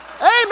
Amen